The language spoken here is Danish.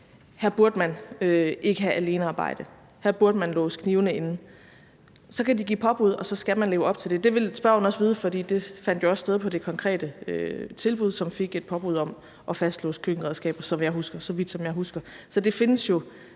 her burde man ikke have alenearbejde, her burde man låse knivene inde, så kan de give påbud, og så skal man leve op til det. Det vil spørgeren også vide, fordi det fandt jo også sted på det konkrete tilbud, som fik et påbud om at fastlåse køkkenredskaber, så vidt som jeg husker